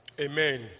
Amen